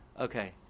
Okay